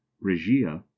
regia